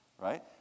Right